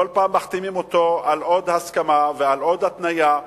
מחתימים אותו על עוד הסכמה ועל עוד התניה.